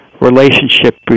relationship